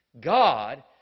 God